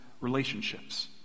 relationships